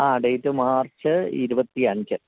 ആ date March ഇരുപത്തി അഞ്ച്